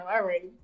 already